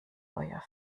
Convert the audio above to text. feuer